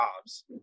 jobs